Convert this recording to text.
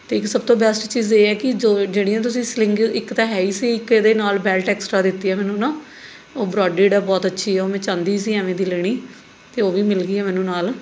ਅਤੇ ਇੱਕ ਸਭ ਤੋਂ ਬੈਸਟ ਚੀਜ਼ ਇਹ ਹੈ ਕਿ ਜੋ ਜਿਹੜੀਆਂ ਤੁਸੀਂ ਸਲਿੰਗ ਇੱਕ ਤਾਂ ਹੈ ਹੀ ਸੀ ਇੱਕ ਇਹਦੇ ਨਾਲ ਬੈਲਟ ਐਕਸਟ੍ਰਾ ਦਿੱਤੀ ਹੈ ਮੈਨੂੰ ਨਾ ਉਹ ਬਰੋਡਿਡ ਹੈ ਬਹੁਤ ਅੱਛੀ ਹੈ ਉਹ ਮੈਂ ਚਾਹੁੰਦੀ ਸੀ ਇਵੇਂ ਦੀ ਲੈਣੀ ਅਤੇ ਉਹ ਵੀ ਮਿਲ ਗਈ ਹੈ ਮੈਨੂੰ ਨਾਲ